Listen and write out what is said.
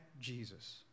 Jesus